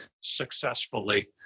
successfully